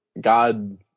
God